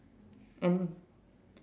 and